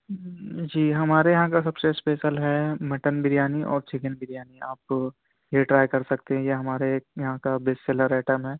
جی ہمارے یہاں کا سب سے اسپیسل ہے مٹن بریانی اور چکن بریانی آپ یہ ٹرائی کر سکتے ہیں یہ ہمارے ایک یہاں کا بیسٹ سیلر آئٹم ہے